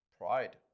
pride